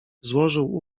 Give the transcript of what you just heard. złożył